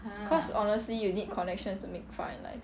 cause honestly you need connections to make far in life